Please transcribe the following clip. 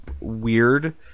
weird